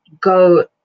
go